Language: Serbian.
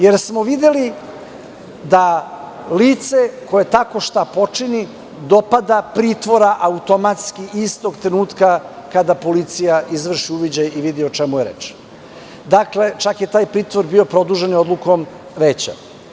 Jer smo videli da lice koje tako šta počini dopada pritvora automatski istog trenutka kada policija izvrši uviđaj i vidi o čemu je reč, čak je taj pritvor bio produžen i odlukom veća.